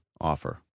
offer